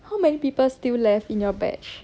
how many people still left in your batch